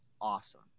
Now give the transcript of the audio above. awesome